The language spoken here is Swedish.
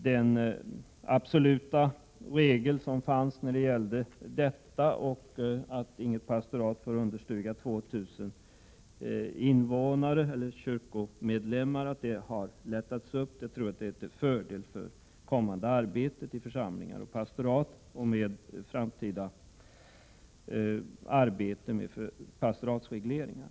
Den absoluta regel som fanns i detta sammanhang och regeln om att inget pastorat får omfatta mindre än 2 000 invånare, eller kyrkomedlemmar, har lättats upp. Jag tror att det är till fördel för det kommande arbetet i församlingar och pastorat och för det framtida arbetet med pastoratsregleringar.